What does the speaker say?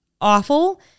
awful